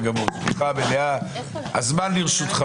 הישיבה ננעלה בשעה